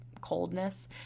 coldness